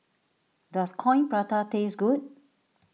does Coin Prata taste good